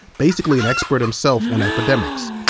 basically an expert himself on epidemics.